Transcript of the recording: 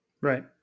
Right